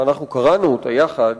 ואנחנו קראנו אותה יחד,